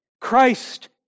Christ